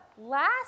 Last